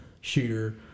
shooter